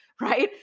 right